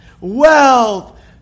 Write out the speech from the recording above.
Wealth